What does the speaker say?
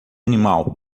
animal